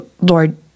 Lord